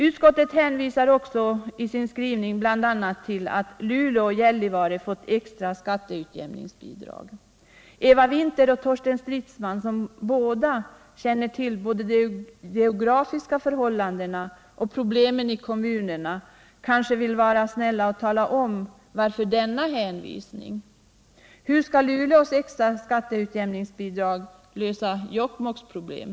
Utskottet hänvisar också i sin skrivning till att Luleå och Gällivare fått extra skatteutjämningsbidrag. Eva Winther och Torsten Stridsman, som båda känner till de geografiska förhållandena och problemen i kommunerna, kanske vill vara snälla och tala om varför denna hänvisning har lämnats. Hur skall Luleås extra skatteutjämningsbidrag kunna lösa Jokkmokks problem?